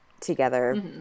together